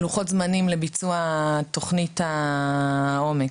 לוחות זמנים לביצוע תוכנית העומק.